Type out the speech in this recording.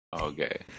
okay